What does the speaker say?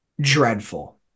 dreadful